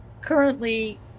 currently